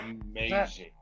Amazing